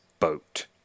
Boat